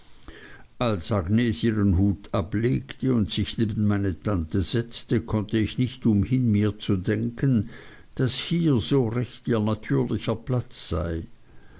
als agnes ihren hut ablegte und sich neben meine tante setzte konnte ich nicht umhin mir zu denken daß hier so recht ihr natürlicher platz sei